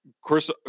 Chris